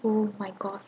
oh my god